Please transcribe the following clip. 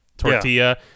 Tortilla